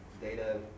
data